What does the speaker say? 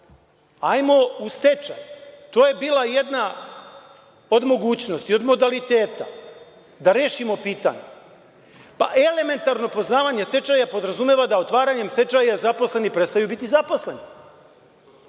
ajmo u stečaj. To je bila jedna od mogućnosti, od modaliteta da rešimo pitanje, pa elementarno poznavanje stečaja podrazumeva da otvaranjem stečaja zaposleni prestaju biti zaposleni.(Saša